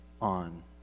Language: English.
on